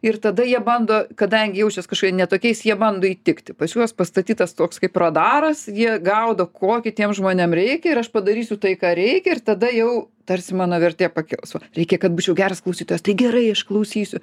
ir tada jie bando kadangi jaučias kažkokie ne tokiais jie bando įtikti pas juos pastatytas toks kaip radaras jie gaudo ko kitiem tiems žmonėm reikia ir aš padarysiu tai ką reikia ir tada jau tarsi mano vertė pakils reikia kad būčiau geras klausytojas tai gerai aš klausysiu